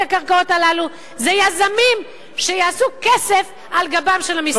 הקרקעות הללו זה יזמים שיעשו כסף על גבם של המסכנים.